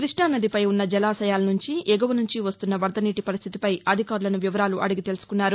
కృష్ణా నదిపై ఉన్న జలాశయాల నుంచి ఎగువ నుంచి వస్తున్న వరదనీటి పరిస్థితిపై అధికారులను వివరాలు అడిగి తెలుసుకున్నారు